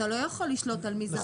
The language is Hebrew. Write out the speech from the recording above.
אתה לא יכול לשלוט על מי זכה.